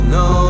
no